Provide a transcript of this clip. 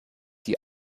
die